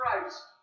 Christ